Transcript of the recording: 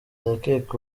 ndakeka